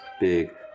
big